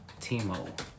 Timo